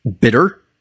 bitter